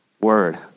word